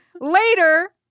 Later